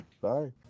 Bye